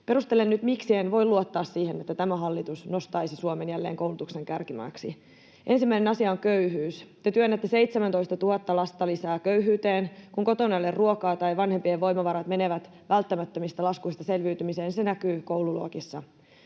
perustelen nyt, miksi en voi luottaa siihen, että tämä hallitus nostaisi Suomen jälleen koulutuksen kärkimaaksi. Ensimmäinen asia on köyhyys. Te työnnätte 17 000 lasta lisää köyhyyteen. Kun kotona ei ole ruokaa tai vanhempien voimavarat menevät välttämättömistä laskuista selviytymiseen, se näkyy koululuokissa.